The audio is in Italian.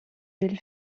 del